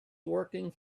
working